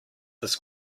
this